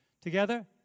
Together